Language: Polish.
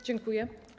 Dziękuję.